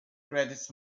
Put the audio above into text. credits